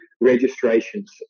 registrations